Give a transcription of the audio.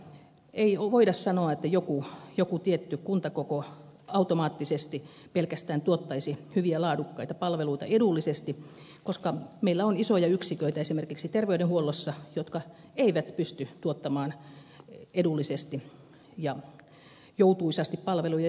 ei voida sanoa että joku tietty kuntakoko automaattisesti pelkästään tuottaisi hyviä laadukkaita palveluita edullisesti koska meillä on esimerkiksi terveydenhuollossa isoja yksiköitä jotka eivät pysty tuottamaan edullisesti ja joutuisasti palveluja